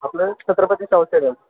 आपलं छत्रपती शाहू स्टेडियम